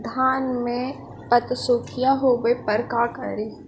धान मे पत्सुखीया होबे पर का करि?